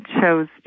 chose